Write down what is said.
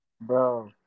Bro